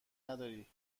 نداری